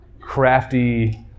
crafty